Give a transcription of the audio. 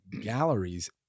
galleries